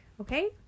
Okay